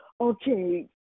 okay